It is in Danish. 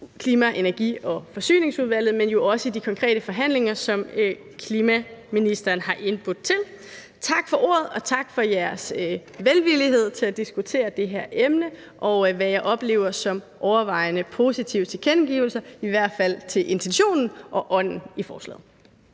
Klima-, Energi- og Forsyningsudvalget, men jo også i de konkrete forhandlinger, som klima-, energi- og forsyningsministeren har indbudt til. Tak for ordet, og tak for jeres velvillighed til at diskutere det her emne og for, hvad jeg oplever som overvejende positive tilkendegivelser, i hvert fald til intentionen og ånden i forslaget.